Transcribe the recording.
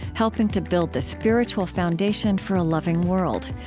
helping to build the spiritual foundation for a loving world.